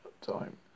time